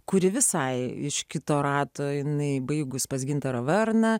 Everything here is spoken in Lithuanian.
kuri visai iš kito rato jinai baigus pas gintarą varną